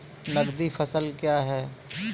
नगदी फसल क्या हैं?